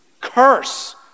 curse